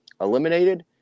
eliminated